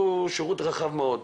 איך